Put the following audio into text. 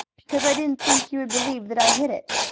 because i didn't think he would believe that i hid it.